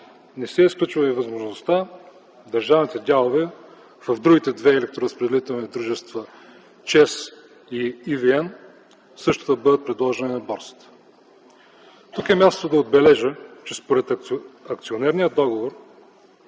Не сте изключвали и възможността държавните дялове в другите две електроразпределителни дружества – ЧЕЗ и ЕВН, също да бъдат предложени на борсата. Тук е мястото да отбележа, че според акционерния договор